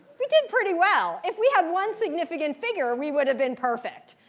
we did pretty well. if we had one significant figure, we would have been perfect,